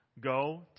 Go